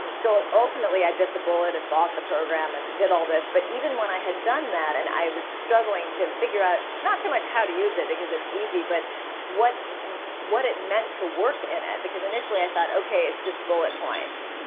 and so ultimately, i bit the bullet and bought the program and did all this. but even when i had done that and i was struggling to figure out not so much how to use it because it's easy, but what what it meant to work in it. because initially i thought, ok. it's just bullet points.